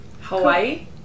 Hawaii